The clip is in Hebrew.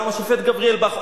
גם השופט גבריאל בך.